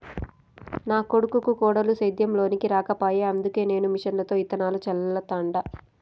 నా కొడుకు కోడలు సేద్యం లోనికి రాకపాయె అందుకే నేను మిషన్లతో ఇత్తనాలు చల్లతండ